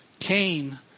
Cain